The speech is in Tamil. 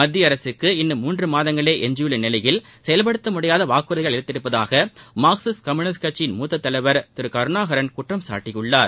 மத்திய அரசுக்கு இன்னும் மூன்று மாதங்களே எஞ்சியுள்ள நிலையில் செயல்படுத்த முடியாத வாக்குறுதிகளை அளித்திருப்பதாக மார்க்சிஸ்ட் கம்யுனிஸ்ட் கட்சியின் மூத்த தலைவர் திரு கருணாகரன் குற்றம்சாட்டியுள்ளார்